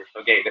okay